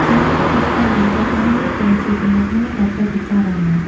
ម្យ៉ាងទៀត បរិយាកាសការងារ ក៏ជាចំណុចមួយដែលត្រូវពិចារណា។